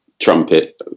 trumpet